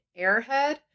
airhead